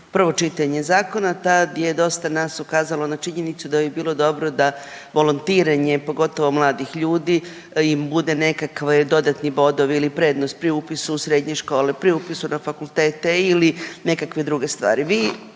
prvo čitanje zakona tad je dosta nas ukazalo na činjenicu da bi bilo dobro da volontiranje, pogotovo mladih ljudi bude nekakvi dodatni bodovi ili prednost pri upisu u srednje škole, pri upisu na fakultete ili nekakve druge stvari.